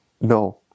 No